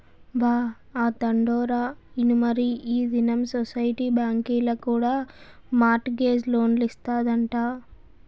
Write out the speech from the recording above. బా, ఆ తండోరా ఇనుమరీ ఈ దినం సొసైటీ బాంకీల కూడా మార్ట్ గేజ్ లోన్లిస్తాదంట